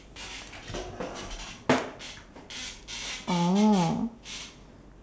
oh